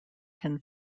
can